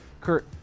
Kurt